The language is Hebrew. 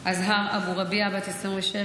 הינה, הגיע השר